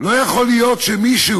לא יכול להיות שמישהו